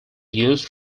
used